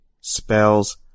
spells